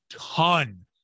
ton